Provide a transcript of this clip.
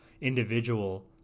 individual